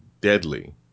deadly